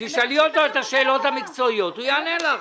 תשאלי אותו שאלות מקצועיות, הוא יענה לך.